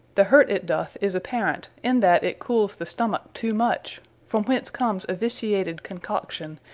the hurt it doth is apparant, in that it cooles the stomack too much from whence comes a viciated concoction,